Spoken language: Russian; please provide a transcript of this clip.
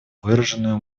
выраженную